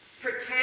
Pretend